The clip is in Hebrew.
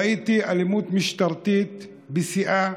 ראיתי אלימות משטרתית בשיאה,